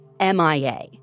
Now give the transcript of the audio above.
MIA